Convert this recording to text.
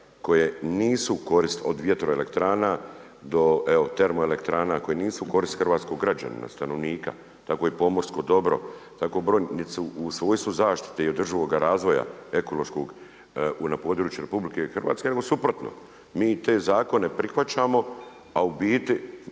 koje nisu korist od vjetroelektrana do evo termoelektrana koje nisu u korist hrvatskog građanina, stanovnika. Tako i pomorsko dobro, tako broj niti su u svojstvu zaštite i održivoga razvoja ekološkog na području RH nego suprotno. Mi te zakone prihvaćamo, a u biti